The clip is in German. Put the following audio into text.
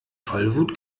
tollwut